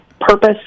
purpose